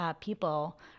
people